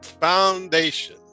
Foundation